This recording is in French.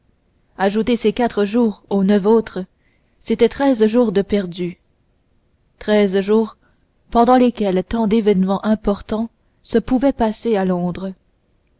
ajoutez ces quatre jours aux neuf autres c'était treize jours de perdus treize jours pendant lesquels tant d'événements importants se pouvaient passer à londres